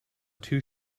too